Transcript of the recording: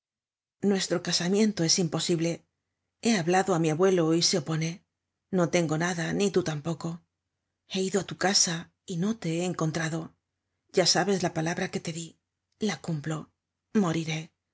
nuestro casamiento es imposible he hablado á mi abuelo y se opone no tengo nada ni tú tampoco he ido á tu casa y no te he encontrado ya sabes la palabra que te di la cumplo moriré